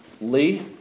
Lee